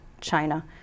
China